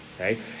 okay